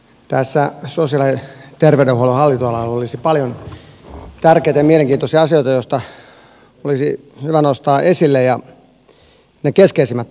tässä sosiaali ja terveydenhuollon hallinnonalalla olisi paljon tärkeitä ja mielenkiintoisia asioita joista olisi hyvä nostaa esille ne keskeisimmät ainakin